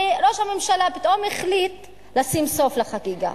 וראש הממשלה פתאום החליט לשים סוף לחגיגה?